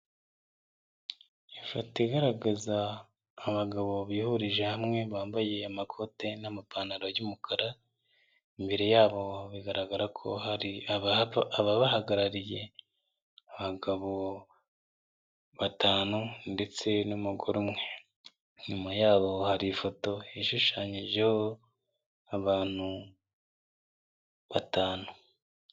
Ifoto igaragaza abagabo bihurije hamwe bambaye amakote n'amapantaro y'umukara, imbere yabo bigaragara ko hari ababahagarariye, abagabo batanu ndetse n'umugore umwe. Inyuma yabo hari ifoto ishushanyijeho abantu batanu.